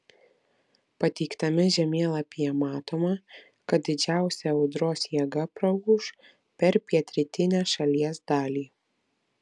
pateiktame žemėlapyje matoma kad didžiausia audros jėga praūš per pietrytinę šalies dalį